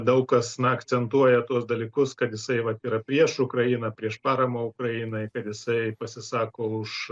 daug kas na akcentuoja tuos dalykus kad jisai vat yra prieš ukrainą prieš paramą ukrainai kad jisai pasisako už